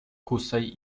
kusej